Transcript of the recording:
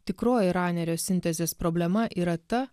tikroji ranerio sintezės problema yra ta